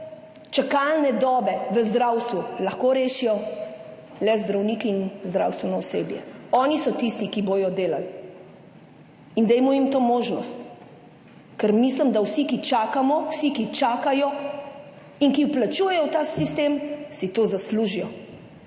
čakalne dobe v zdravstvu lahko rešijo le zdravniki in zdravstveno osebje, oni so tisti, ki bodo delali in dajmo jim to možnost, ker mislim, da vsi, ki čakamo, vsi, ki čakajo in ki vplačujejo v ta sistem, si to zaslužijo,